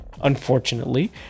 unfortunately